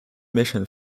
mission